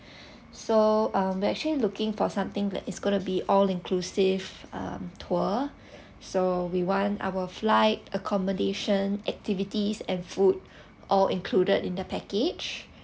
so uh we actually looking for something that is gonna be all inclusive um tour so we want our flight accommodation activities and food all included in the package